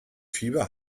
fieber